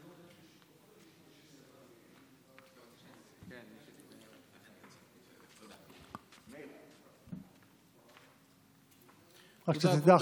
רק שתדע,